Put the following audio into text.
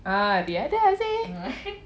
ah riadah seh